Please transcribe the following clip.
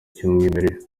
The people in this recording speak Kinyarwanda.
cy’umwimerere